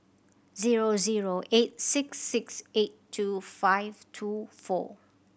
zero zero eight six six eight two five two four